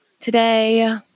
Today